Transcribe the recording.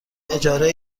اجاره